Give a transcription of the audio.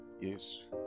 yes